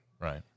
Right